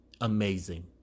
amazing